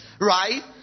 right